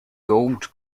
gold